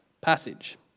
passage